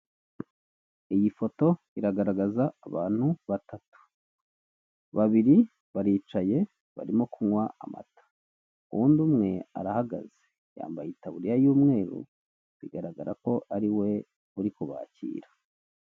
Iyi foto iragaragaza abantu batatu. Babiri baricaye barimo kunywa amata, undi umwe arahagaze, yambaye itaburiya y'umweru, bigaragara ko ari we uri kubakira.